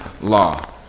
law